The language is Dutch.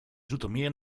zoetermeer